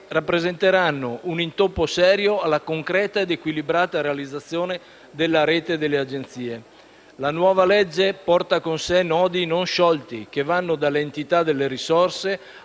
rappresenteranno un intoppo serio alla concreta ed equilibrata realizzazione della rete delle Agenzie. La nuova legge porta con sé nodi non sciolti, che vanno dall'entità delle risorse